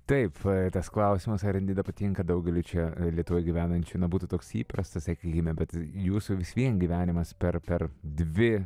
taip tas klausimas ar nida patinka daugeliui čia lietuvoje gyvenančių na būtų toks įprastas sakykime bet jūsų vis vien gyvenimas per per dvi